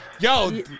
Yo